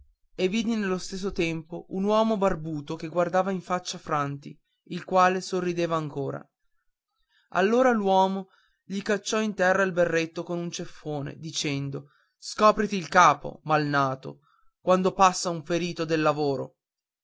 e vidi nello stesso tempo un uomo barbuto che guardava in faccia franti il quale sorrideva ancora allora l'uomo gli cacciò in terra il berretto con un ceffone dicendo scopriti il capo malnato quando passa un ferito del lavoro